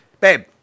babe